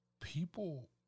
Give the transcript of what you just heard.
people